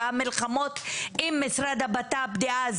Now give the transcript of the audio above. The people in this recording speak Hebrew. והמלחמות עם משרד הבט"פ דאז